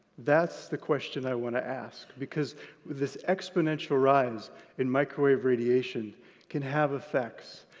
that's the question i want to ask because this exponential rise in microwave radiation can have effects,